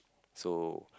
so